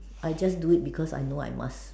I just do it because I know I must